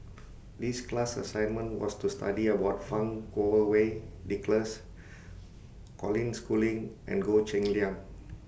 These class assignment was to study about Fang Kuo Wei Nicholas Colin Schooling and Goh Cheng Liang